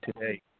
today